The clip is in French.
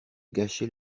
gâché